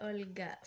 Olga